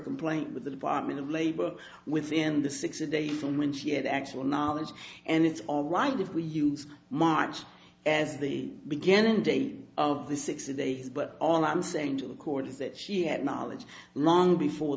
complaint with the department of labor within the six a day from when she had actual knowledge and it's all right if we use march as the beginning day of the sixty days but all i'm saying to the court is that she had knowledge long before